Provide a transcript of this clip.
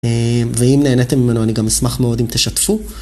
ואם נהנתם ממנו, אני גם אשמח מאוד אם תשתפו.